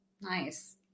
Nice